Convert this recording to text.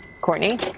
Courtney